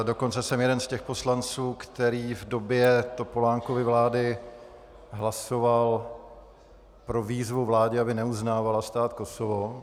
Dokonce jsem jeden z těch poslanců, který v době Topolánkovy vlády hlasoval pro výzvu vládě, aby neuznávala stát Kosovo.